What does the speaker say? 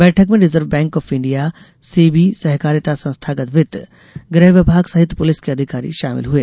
बैठक में Reserve Bank of India SEBI सहकारिता संस्थागत वित्त गृह विभाग सहित पुलिस के अधिकारी शामिल हुए